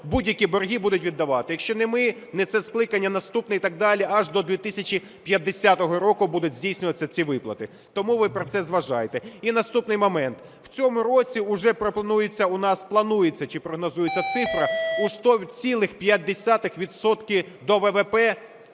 будь-які борги будуть віддавати, якщо не ми, не це скликання, наступне і так далі, аж до 2050 року будуть здійснюватися ці виплати. Тому ви про це зважайте. І наступний момент. В цьому році уже планується чи прогнозується цифра у 100,5